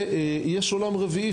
יש עולם רביעי.